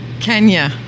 Kenya